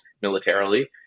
militarily